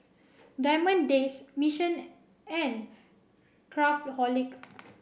Diamond Days Mission and Craftholic